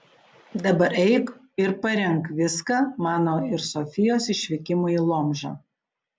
dabar eik ir parenk viską mano ir sofijos išvykimui į lomžą